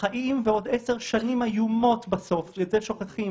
אני אענה.